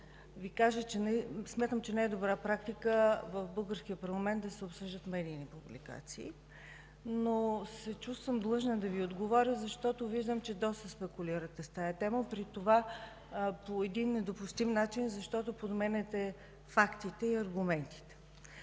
Ви кажа, че смятам, че не е добра практика в българския парламент да се обсъждат медийни публикации, но се чувствам длъжна да Ви отговоря, защото виждам, че доста спекулирате с тази тема, при това по един недопустим начин, защото подменяте фактите и аргументите.